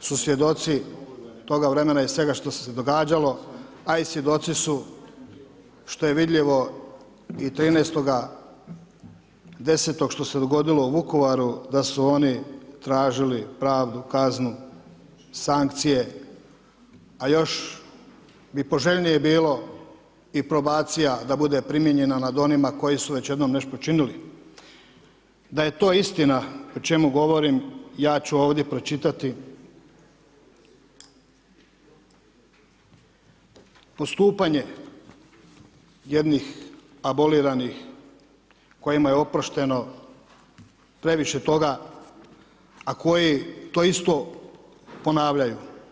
su svjedoci toga vremena i svega što se događalo a i svjedoci su što je vidljivo i 13.10. što se dogodilo u Vukovaru da su oni tražili pravdu, kaznu, sankcije a još bi poželjnije bilo i probacija da bude primijenjena nad onima koji su već jednom nešto počinili Da je to istina o čemu govorim, ja ću ovdje pročitati postupanje jednih aboliranih, kojima je oprošteno previše toga, a koji to isto ponavljaju.